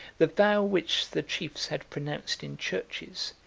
the vow which the chiefs had pronounced in churches,